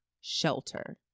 shelter